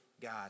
God